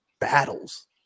battles